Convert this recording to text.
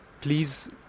please